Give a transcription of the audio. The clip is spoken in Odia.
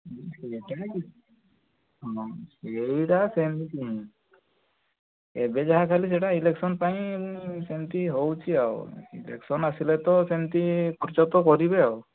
ହଁ ସେଇଟା କି ହଁ ସେଇଟା ସେମତି ହୁଁ ଏବେ ଯାହା ଖାଲି ସେଇଟା ଇଲେକ୍ସନ୍ ପାଇଁ ସେମିତି ହେଉଛି ଆଉ ଇଲେକ୍ସନ୍ ଆସିଲେ ତ ସେମତି ଖର୍ଚ୍ଚ ତ କରିବେ ଆଉ